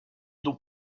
donc